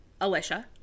Alicia